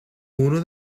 uno